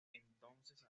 entonces